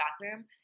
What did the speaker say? bathroom